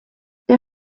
der